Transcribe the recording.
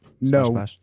No